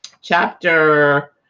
chapter